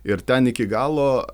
ir ten iki galo